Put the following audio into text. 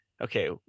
okay